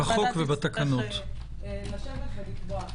הוועדה תצטרך לשבת ולקבוע אותם.